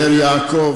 בבאר-יעקב,